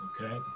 Okay